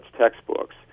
textbooks